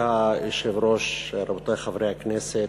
כבוד היושב-ראש, רבותי חברי הכנסת,